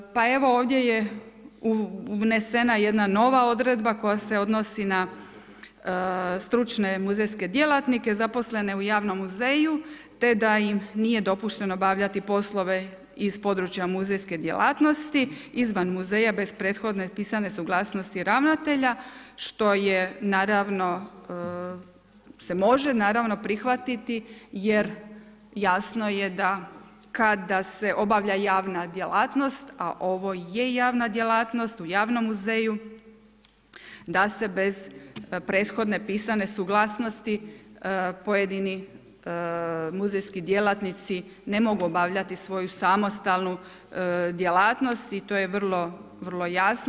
Pa evo ovdje je unesena jedna nova odredba koja se odnosni na stručne muzejske djelatnike zaposlene u javnom muzeju te da im nije dopušteno obavljati poslove iz područja muzejske djelatnosti izvan muzeja bez prethodne pisane suglasnosti ravnatelja što je naravno, se može naravno prihvatiti jer jasno je da kada se obavlja javna djelatnost a ovo je javna djelatnost, u javnom muzeju da se bez prethodne pisane suglasnosti pojedini muzejski djelatnici ne mogu obavljati svoju samostalnu djelatnost i to je vrlo, vrlo jasno.